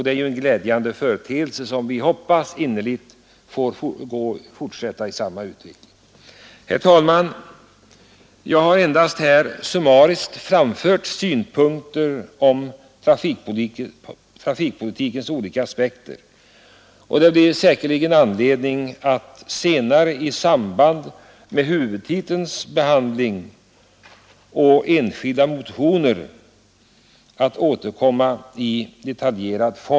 Det är en glädjande företeelse, och vi hoppas innerligt att utvecklingen får fortsätta i samma riktning. Herr talman! Jag har här endast summariskt talat om trafikpolitikens olika aspekter. Det blir säkerligen anledning att återkomma mera detaljerat i samband med behandlingen av huvudtiteln och av enskilda motioner.